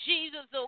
Jesus